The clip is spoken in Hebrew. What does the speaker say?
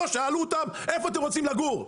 לא שאלו איפה אתם רוצים לגור?